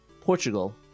Portugal